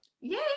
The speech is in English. yay